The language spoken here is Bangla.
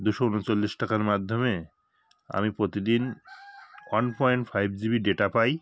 দুশো উনচল্লিশ টাকার মাধ্যমে আমি প্রতিদিন one point five GB data পাই